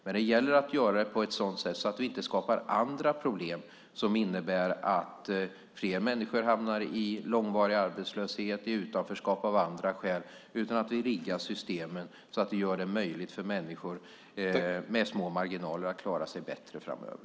Men det gäller att göra det på ett sådant sätt att vi inte skapar andra problem som innebär att fler människor hamnar i arbetslöshet eller utanförskap av andra skäl. Det gäller att vi riggar systemen så att vi gör det möjligt för människor med små marginaler att klara sig bättre framöver.